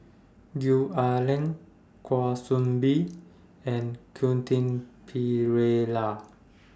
Gwee Ah Leng Kwa Soon Bee and Quentin Pereira